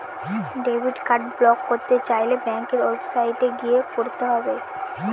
debit card block করতে চাইলে ব্যাঙ্কের ওয়েবসাইটে গিয়ে করতে হবে